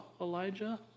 Elijah